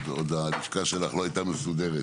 עוד הלשכה שלך לא הייתה מסודרת